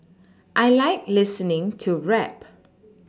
I like listening to rap